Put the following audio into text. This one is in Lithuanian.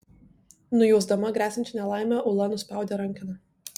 nujausdama gresiančią nelaimę ula nuspaudė rankeną